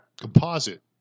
composite